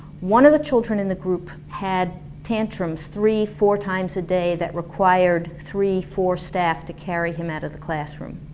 one of the children in the group had tantrums, three-four times a day, that required three-four staff to carry him out of the classroom.